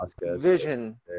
vision